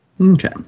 Okay